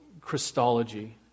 Christology